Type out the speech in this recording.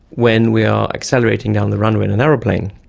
when we are accelerating down the runway in an aeroplane,